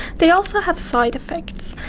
they also have side-effects,